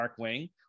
darkwing